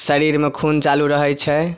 शरीरमे खून चालू रहै छै